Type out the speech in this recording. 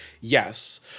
yes